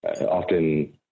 often